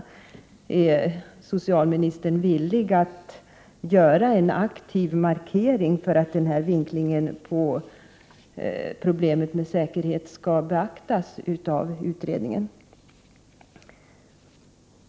Är socialministern villig att göra en aktiv markering för att den här vinklingen av problemet med säkerhet skall beaktas av utredningen?